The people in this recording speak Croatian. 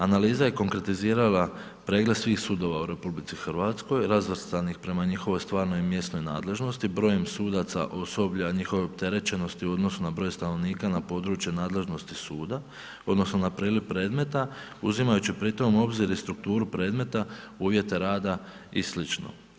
Analiza je konkretizirala pregled svih sudova u RH, razvrstanih prema njihovoj stvarnoj i mjesnoj nadležnosti, brojem sudaca, osoblja, njihovoj opterećenosti u odnosu na broj stanovnika na području nadležnosti suda, odnosno na ... predmeta, uzimajući pritom u obzir i strukturu predmeta, uvjete rada i sl.